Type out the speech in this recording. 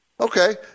Okay